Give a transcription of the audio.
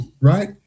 right